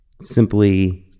Simply